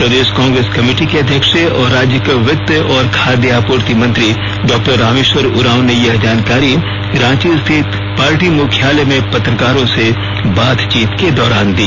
प्रदेश Congress committee के अध्यक्ष और राज्य के वित्त और खाद्य आपूर्ति मंत्री डारामेश्वर उरांव ने यह जानकारी रांची स्थित पार्टी मुख्यालय में पत्रकारों से बातचीत के दौरान दी